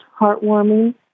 heartwarming